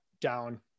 down